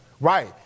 right